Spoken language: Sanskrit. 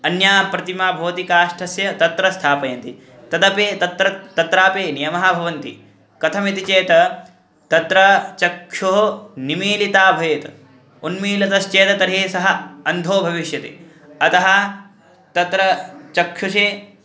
अन्या प्रतिमा भवति काष्ठस्य तत्र स्थापयन्ति तदपि तत्र तत्रापि नियमः भवन्ति कथमिति चेत् तत्र चक्षुः निमीलिता भवेत् उन्मीलितश्चेत् तर्हि सः अन्धो भविष्यति अतः तत्र चक्षुशि